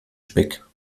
speck